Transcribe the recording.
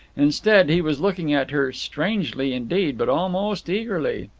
instead, he was looking at her, strangely, indeed, but almost eagerly.